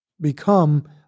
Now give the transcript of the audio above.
become